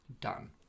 Done